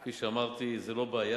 כפי שאמרתי, זו לא בעיה.